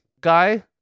guy